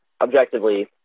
objectively